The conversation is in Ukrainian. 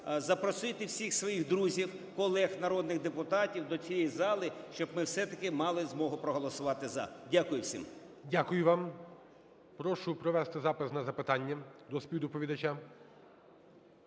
запросити всіх своїх друзів колег народних депутатів до цієї зали, щоб ми все-таки мали змогу проголосувати "за". Дякую всім. ГОЛОВУЮЧИЙ. Дякую вам. Прошу провести запис на запитання до співдоповідача.